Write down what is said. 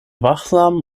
wachsam